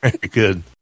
good